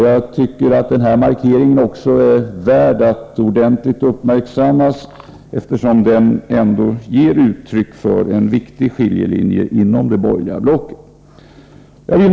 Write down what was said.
Jag tycker att denna markering är värd att ordentligt uppmärksammas, eftersom den ändå ger uttryck för en viktig skiljelinje inom det borgerliga blocket. Fru talman!